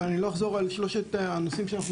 אני לא אחזור על שלושת הנושאים שאנחנו